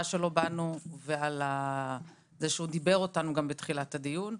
שלו בנו ועל זה שהוא דברר אותנו בתחילת הדיון.